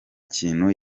kintu